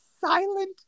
silent